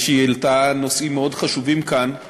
שהיא העלתה נושאים מאוד חשובים כאן לסדר-היום.